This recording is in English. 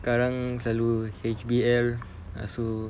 sekarang selalu H_B_L lepas itu